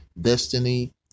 destiny